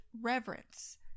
reverence